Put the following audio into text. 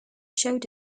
showed